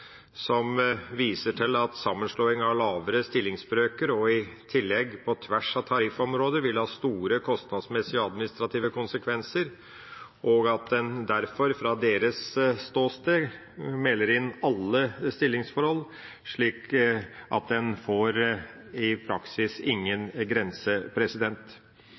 som viser til at sammenslåingen av lavere stillingsbrøker, og i tillegg på tvers av tariffområder, ville ha store kostnadsmessige og administrative konsekvenser, og at en derfor fra deres ståsted melder inn alle stillingsforhold, slik at en i praksis får ingen grense.